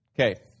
okay